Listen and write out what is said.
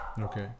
Okay